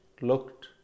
looked